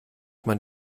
man